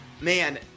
Man